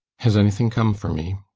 has anything come for me?